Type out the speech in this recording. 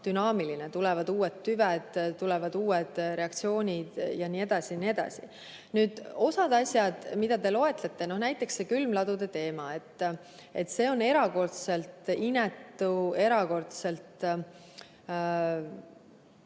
tulevad uued tüved, tulevad uued reaktsioonid jne, jne. Nüüd, need asjad, mida te loetlete, näiteks see külmladude teema. See on erakordselt inetu, erakordselt